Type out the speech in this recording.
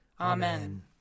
Amen